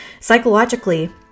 Psychologically